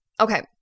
okay